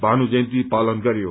भानु जयन्ती पालन गरयो